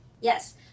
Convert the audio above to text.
Yes